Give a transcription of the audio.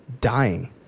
dying